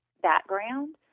background